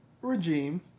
regime